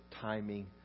timing